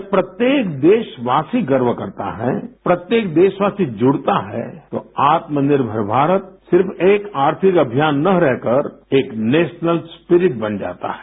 जब प्रत्येक देशवासी गर्व करता है प्रत्येक देशवासी जुड़ता है तो आत्मनिर्भर भारत सिर्फ एक आर्थिक अभियान न रहकर एक नेशनल स्प्रिट बन जाता है